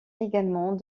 également